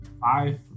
five